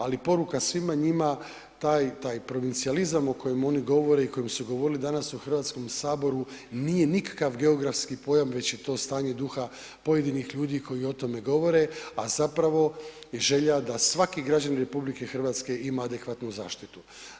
Ali poruka svima njima taj provincijalizam o kojem oni govore i o kojem su govorili danas u Hrvatskom saboru nije nikakav geografski pojam već je to stanje duha pojedinih ljudi koji o tome govore a zapravo je želja da svaki građanin RH ima adekvatnu zaštitu.